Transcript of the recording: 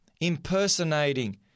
impersonating